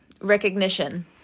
recognition